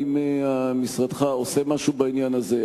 האם משרדך עושה משהו בעניין הזה,